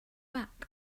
back